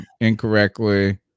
incorrectly